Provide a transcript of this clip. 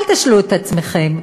אל תשלו את עצמכם.